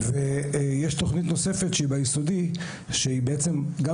ויש תכנית נוספת שהיא ביסודי שהיא בעצם גם